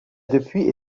depuis